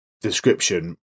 description